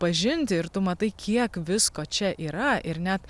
pažinti ir tu matai kiek visko čia yra ir net